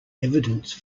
evidence